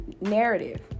narrative